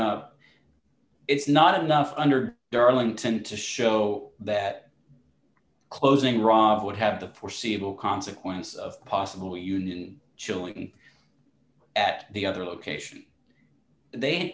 up it's not enough under darlington to show that closing rob would have the foreseeable consequence of possible union chilling at the other location they